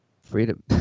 Freedom